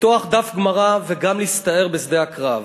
לפתוח דף גמרא וגם להסתער בשדה הקרב.